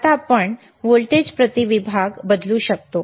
आता आपण व्होल्ट प्रति विभाग बदलू शकतो